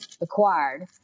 acquired